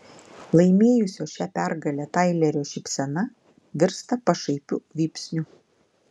laimėjusio šią pergalę tailerio šypsena virsta pašaipiu vypsniu